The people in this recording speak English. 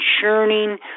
churning